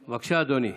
בבקשה, אדוני,